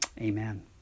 Amen